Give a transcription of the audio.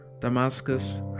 Damascus